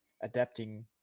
Adapting